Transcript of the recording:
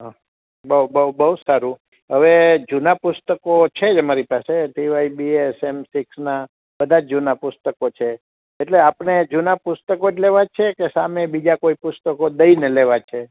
બઉ બઉ બઉ સારું આવે આપડે જૂના પુસ્તકો છે મારી પાસે તે સિવાય બે સેમ સિક્સના કદાચ જૂના પુસ્તકો છે એટલે આપને જૂના પુસ્તકો જ લેવા છે કે સામે બીજા કોઈ પુસ્તકો લઈને દેવા છે